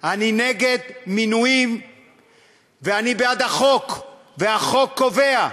אני נגד מינויים ואני בעד החוק, והחוק קובע,